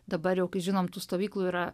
dabar jau kai žinom tų stovyklų yra